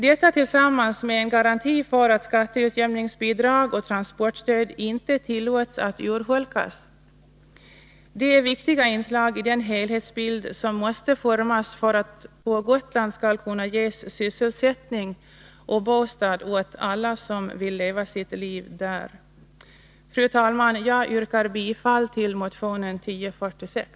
Detta tillsammans med en garanti för att skatteutjämningsbidrag och transportstöd inte tillåts att urholkas är viktiga inslag i den helhetsbild som måste formas för att det på Gotland skall kunna ges sysselsättning och bostad åt alla som vill leva sitt liv där. Fru talman! Jag yrkar bifall till motion 1046.